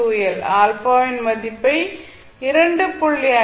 α ஆல்பாவின் மதிப்பை 2